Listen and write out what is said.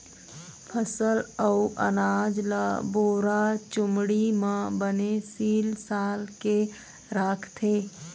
फसल अउ अनाज ल बोरा, चुमड़ी म बने सील साल के राखथे